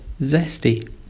zesty